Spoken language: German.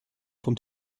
vom